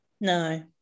No